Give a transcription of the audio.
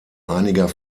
einiger